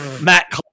Matt